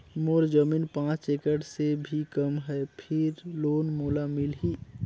मोर जमीन पांच एकड़ से भी कम है फिर लोन मोला मिलही?